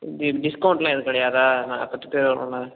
இது டிஸ்கவுண்ட்லாம் எதுவும் கிடையாதா நாங்கள் பத்து பேர் வரோம்ல